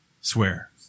Swear